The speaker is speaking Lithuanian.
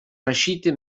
rašyti